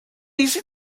easy